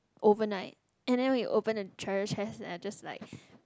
overnight and then we open the treasure chest then just like